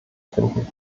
finden